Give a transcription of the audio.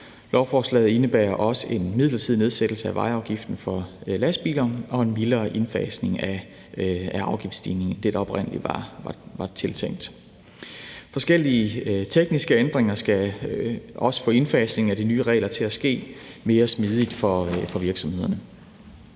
Lovforslaget indebærer også en midlertidig nedsættelse af vejafgiften for lastbiler og en mildere indfasning af afgiftsstigningen end det, der oprindelig var tiltænkt. Forskellige tekniske ændringer skal også få indfasningen af de nye regler til at ske mere smidigt for virksomhederne.